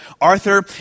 Arthur